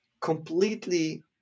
completely